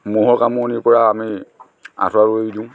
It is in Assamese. মহৰ কামুৰণিৰ পৰা আমি আঁঠুৱা কৰি দিওঁ